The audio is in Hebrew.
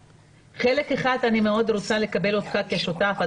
בחלק אחד אני מאוד רוצה לקבל אותך כשותף,